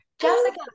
Jessica